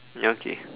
okay